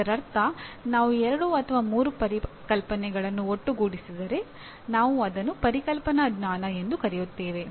ಇದರರ್ಥ ನಾವು ಎರಡು ಅಥವಾ ಮೂರು ಪರಿಕಲ್ಪನೆಗಳನ್ನು ಒಟ್ಟುಗೂಡಿಸಿದರೆ ನಾವು ಅದನ್ನು ಪರಿಕಲ್ಪನಾ ಜ್ಞಾನ ಎಂದು ಕರೆಯುತ್ತೇವೆ